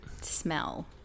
smell